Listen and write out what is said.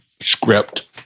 script